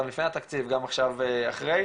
גם לפני התקציב וגם עכשיו אחרי,